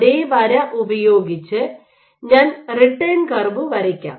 അതേ വര ഉപയോഗിച്ച് ഞാൻ റിട്ടേൺ കർവ് വരയ്ക്കാം